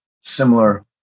similar